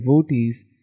devotees